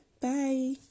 Bye